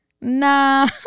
nah